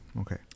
okay